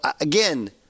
again